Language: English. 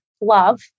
Love